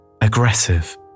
aggressive